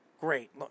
Great